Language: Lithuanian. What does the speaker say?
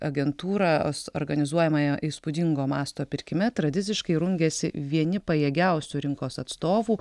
agentūra os organizuojamoje įspūdingo masto pirkime tradiciškai rungiasi vieni pajėgiausių rinkos atstovų